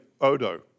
Odo